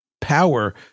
power